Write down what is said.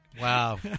Wow